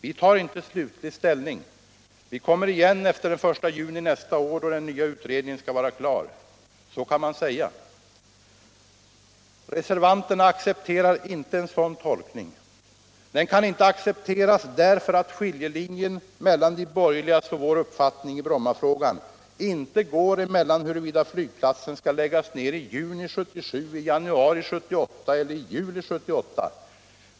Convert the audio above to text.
Vi tar inte slutlig ställning. Vi kommer igen efter den 1 juni nästa år, då den nya utredningen skall vara klar. Så kan man säga. Reservanterna accepterar inte en sådan tolkning. Den kan inte accepteras därför att skiljelinjen mellan de borgerligas och vår uppfattning i Brommafrågan inte går i huruvida flygplatsen skall läggas ned i juni 1977, i januari 1978 eller i juli 1978.